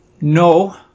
No